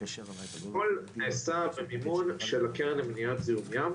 הכל נעשה במימון של הקרן למניעת זיהום ים.